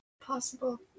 Possible